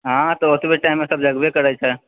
हँ तऽ ओतबे टाइम मे सब जगबे करै छै